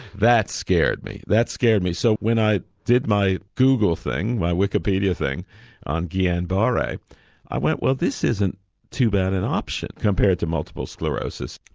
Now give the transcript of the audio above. that scared me, that scared me so when i did my google thing, my wikipedia thing on guillain-barre i i went, well this isn't too bad an option compared to multiple sclerosis.